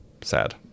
sad